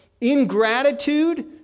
ingratitude